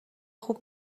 خوب